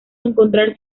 encontrar